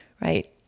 right